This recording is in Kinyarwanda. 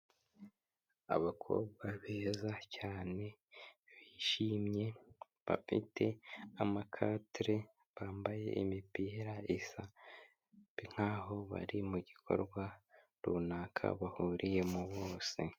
Abakobwa beza cyane, bishimye, bafite amakatere, bambaye imipira isa. Ni nkaho bari mu gikorwa runaka bahuriyemo bose.